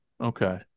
Okay